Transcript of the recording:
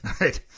Right